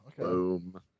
Boom